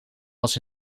was